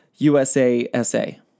USASA